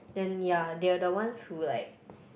then ya they are the ones who like